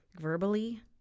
verbally